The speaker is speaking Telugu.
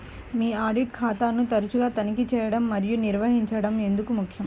మీ ఆడిట్ ఖాతాను తరచుగా తనిఖీ చేయడం మరియు నిర్వహించడం ఎందుకు ముఖ్యం?